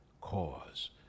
cause